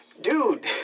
dude